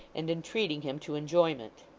and entreating him to enjoyment!